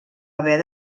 haver